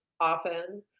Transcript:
often